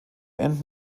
enden